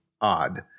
odd